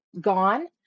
gone